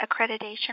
accreditation